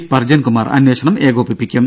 സ്പർജൻകുമാർ അന്വേഷണം ഏകോപിപ്പിക്കും